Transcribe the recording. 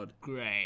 great